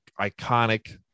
iconic